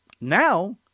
Now